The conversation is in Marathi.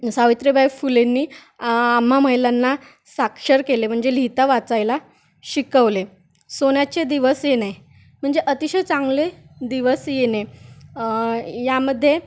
सावित्रीबाई फुलेंनी आम्हा महिलांना साक्षर केले म्हणजे लिहिता वाचायला शिकवले सोन्याचे दिवस येणे म्हणजे अतिशय चांगले दिवस येणे यामध्ये